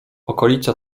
okolica